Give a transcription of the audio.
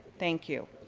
thank you.